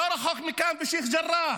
לא רחוק מכאן, בשייח' ג'ראח,